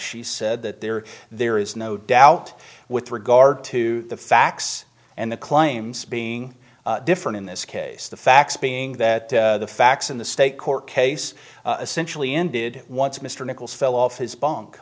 she said that there are there is no doubt with regard to the facts and the claims being different in this case the facts being that the facts in the state court case essentially ended once mr nichols fell off his bunk